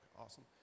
awesome